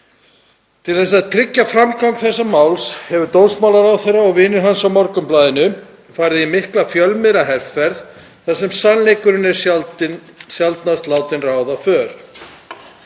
Til þess að tryggja framgang þessa máls hafa dómsmálaráðherra og vinir hans á Morgunblaðinu farið í mikla fjölmiðlaherferð þar sem sannleikurinn er sjaldnast látinn ráða för.